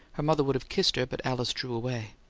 her mother would have kissed her, but alice drew away.